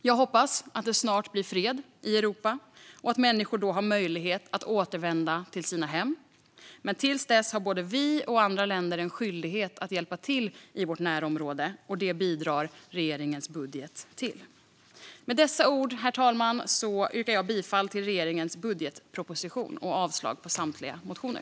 Jag hoppas att det snart blir fred i Europa och att människor då har möjlighet att återvända till sina hem, men till dess har både vi och andra länder en skyldighet att hjälpa till i vårt närområde. Det bidrar regeringens budget till. Med dessa ord, herr talman, yrkar jag bifall till regeringens budgetproposition och avslag på samtliga motioner.